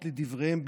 לדבריהם,